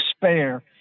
despair